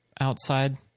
outside